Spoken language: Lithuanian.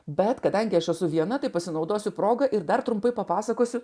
bet kadangi aš esu viena taip pasinaudosiu proga ir dar trumpai papasakosiu